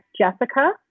Jessica